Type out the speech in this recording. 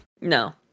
No